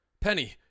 Penny